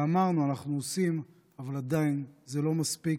ואמרנו: אנחנו עשינו, אבל זה עדיין לא מספיק,